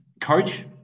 coach